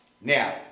Now